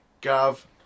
Gav